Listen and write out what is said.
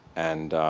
and